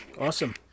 Awesome